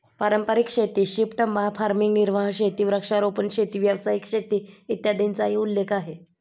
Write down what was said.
पारंपारिक शेती, shift farming, निर्वाह शेती, वृक्षारोपण शेती, व्यावसायिक शेती, इत्यादींचाही उल्लेख आहे